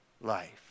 life